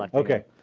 like okay.